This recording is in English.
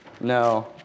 No